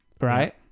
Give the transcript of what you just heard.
right